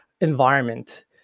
environment